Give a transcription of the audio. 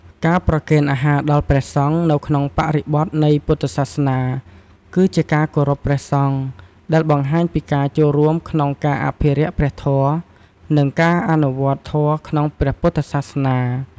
ការប្រគេនអាហារដល់ព្រះសង្ឃនៅក្នុងបរិបទនៃពុទ្ធសាសនា គឺជាការគោរពព្រះសង្ឃ ដែលបង្ហាញពីការចូលរួមក្នុងការអភិរក្សព្រះធម៌ និងការអនុវត្តធម៌ក្នុងព្រះពុទ្ធសាសនា។